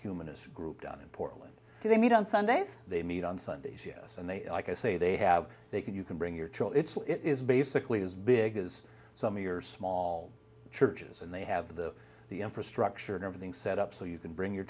humanist group down in portland do they meet on sundays they meet on sundays yes and they like i say they have they can you can bring your chill it's all it is basically as big as some of your small churches and they have the infrastructure and everything set up so you can bring your